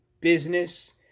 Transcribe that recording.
business